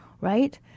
right